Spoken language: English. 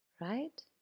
right